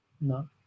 No